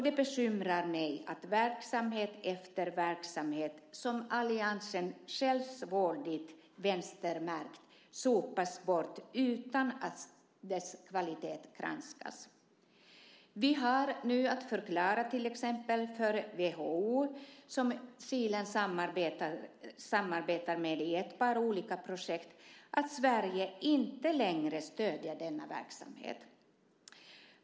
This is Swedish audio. Det bekymrar mig att verksamhet efter verksamhet som alliansen självsvåldigt vänstermärkt sopas bort utan att dess kvalitet granskas. Vi har nu att förklara till exempel för WHO, som Kilen samarbetar med i ett par olika projekt, att Sverige inte längre stöder denna verksamhet.